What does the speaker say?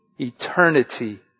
eternity